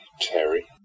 Terry